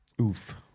Oof